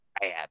bad